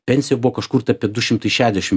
pensija buvo kažkur tai apie du šimtai šešdešim